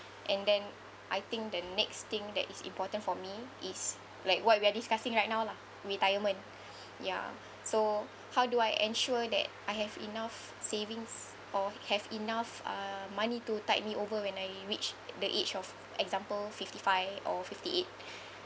and then I think the next thing that is important for me is like what we are discussing right now lah retirement ya so how do I ensure that I have enough savings or have enough uh money to tide me over when I reach the age of example fifty-five or fifty-eight